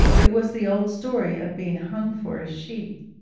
it was the old story of being hung for a sheep.